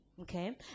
Okay